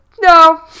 No